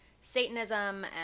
satanism